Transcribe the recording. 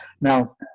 Now